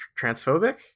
transphobic